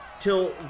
till